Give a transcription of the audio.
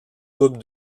coupe